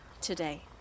today